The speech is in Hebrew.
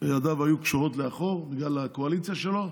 וידיו היו קשורות לאחור, בגלל הקואליציה שלו.